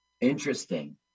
Interesting